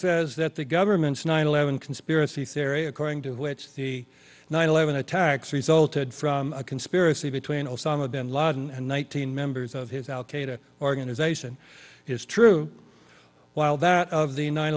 says that the government's nine eleven conspiracy theory according to which the nine eleven attacks resulted from a conspiracy between osama bin laden and one thousand members of his al qaeda organization is true while that of the nine